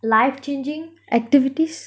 life changing activities